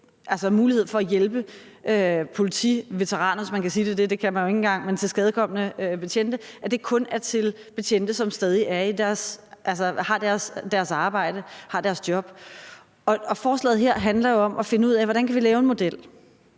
er en mulighed for at hjælpe politiveteraner – hvis man kan sige det sådan, og det kan man jo ikke engang, men så tilskadekomne betjente – og at det kun er til betjente, som stadig har deres arbejde, har deres job. Forslaget her handler jo om at finde ud af, hvordan vi kan lave en model,